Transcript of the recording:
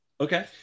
okay